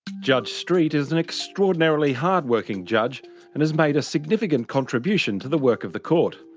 judge street is an extraordinarily hard working judge and has made a significant contribution to the work of the court.